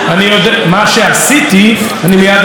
מה שעשיתי אני מייד אפרט.